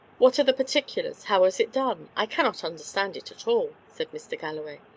what are the particulars? how was it done? i cannot understand it at all, said mr. galloway.